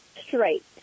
straight